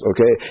Okay